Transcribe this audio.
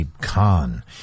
Khan